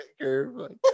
curve